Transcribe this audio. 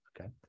Okay